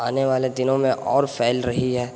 آنے والے دنوں میں اور فیل رہی ہے